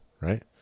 Right